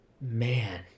Man